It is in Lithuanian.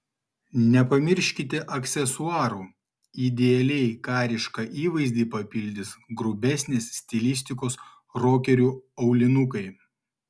nepamirškite aksesuarų idealiai karišką įvaizdį papildys grubesnės stilistikos rokerių aulinukai